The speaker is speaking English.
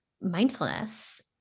mindfulness